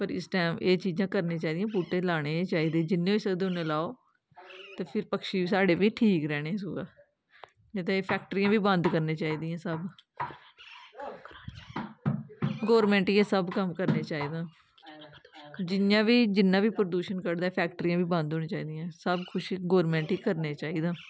पर इस टैम एह् चीजां करनियां चाहिदियां बूह्टे लाने चाहिदे जिन्ने होई सकदे उन्ने लाओ ते फिर पक्षी साढ़े बी ठीक रैह्ने सोहै नेईं ते फैक्ट्रियां बी बंद करनियां चाहिदियां सब गौरमैंट गी एह् सब कम्म करना चाहिदा जियां जिन्ना बी प्रदूशन घटदा एह् फैक्ट्रियां बी बंद होनियां चाहिदियां सब कुछ गौरमैंट गी करना चाहिदा